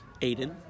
Aiden